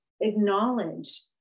acknowledge